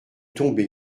tombé